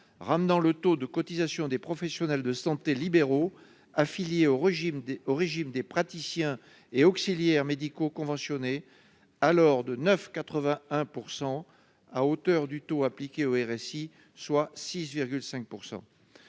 ramenant le taux de cotisations des professionnels de santé libéraux affiliés au régime des PAMC (praticiens et auxiliaires médicaux conventionnés), soit 9,81 %, à hauteur du taux appliqué au RSI (régime